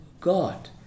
God